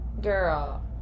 Girl